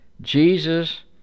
Jesus